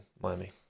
Miami